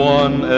one